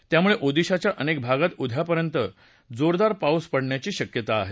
त्यामुळे ओदिशाच्या अनेक भागात उद्यापर्यंत जोरदार पाऊस पडण्याची शक्यता आहे